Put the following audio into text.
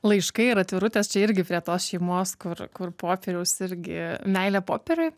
laiškai ir atvirutės čia irgi prie tos šeimos kur kur popieriaus irgi meilė popieriui